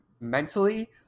mentally